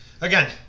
again